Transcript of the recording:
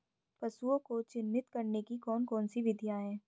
पशुओं को चिन्हित करने की कौन कौन सी विधियां हैं?